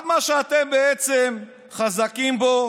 כל מה שאתם בעצם חזקים בו